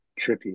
trippy